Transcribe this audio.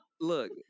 look